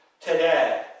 today